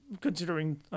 considering